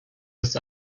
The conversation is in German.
ins